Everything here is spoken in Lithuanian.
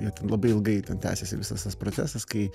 jie ten labai ilgai tęsėsi visas tas procesas kai